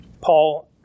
Paul